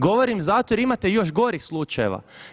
Govorim zato jer imate još gorih slučajeva.